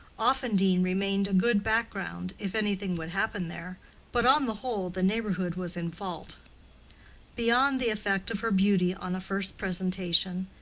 offendene remained a good background, if anything would happen there but on the whole the neighborhood was in fault beyond the effect of her beauty on a first presentation,